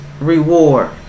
reward